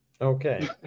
Okay